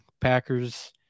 packers